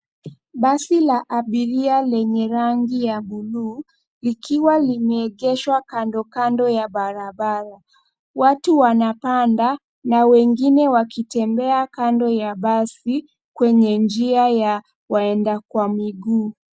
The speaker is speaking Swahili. Basi la abiria lenye rangi ya buluu, likiwa limeegeshwa kando kando ya barabara. Watu wanapanda na wengine wakitembea kando ya basi kwenye njia ya waenda kwa miguu.